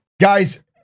Guys